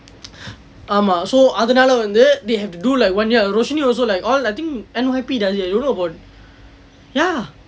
ஆமாம்:aamam so அதனால வந்து:athanala vandthu they have to do like one year originally also like all I think N_Y_P does it leh I don't know about ya